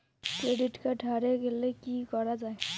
Credit card হারে গেলে কি করা য়ায়?